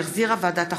שהחזירה ועדת החוקה,